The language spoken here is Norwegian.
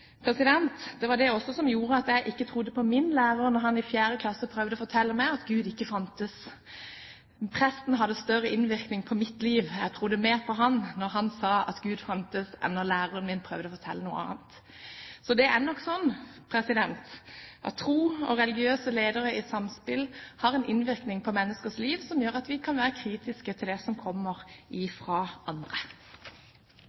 Det var også det som gjorde at jeg ikke trodde på min lærer da han i 4. klasse prøvde å fortelle meg at Gud ikke fantes. Presten hadde større innvirkning på mitt liv. Jeg trodde mer på ham da han sa at Gud fantes, enn på læreren min da han prøvde å fortelle noe annet. Så det er nok sånn at tro og religiøse ledere i samspill har en innvirkning på menneskers liv som gjør at vi kan være kritiske til det som kommer